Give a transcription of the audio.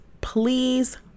please